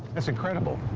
that's incredible.